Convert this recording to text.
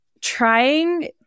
trying